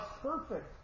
perfect